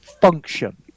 function